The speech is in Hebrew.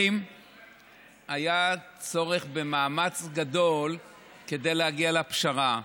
אם היה צורך במאמץ גדול כדי להגיע לפשרה.